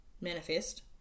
manifest